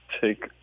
take